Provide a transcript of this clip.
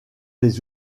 les